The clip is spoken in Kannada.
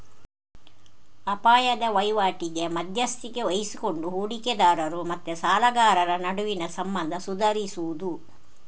ಅಪಾಯದ ವೈವಾಟಿಗೆ ಮಧ್ಯಸ್ಥಿಕೆ ವಹಿಸಿಕೊಂಡು ಹೂಡಿಕೆದಾರರು ಮತ್ತೆ ಸಾಲಗಾರರ ನಡುವಿನ ಸಂಬಂಧ ಸುಧಾರಿಸುದು